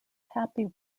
happy